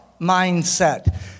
mindset